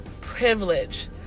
privilege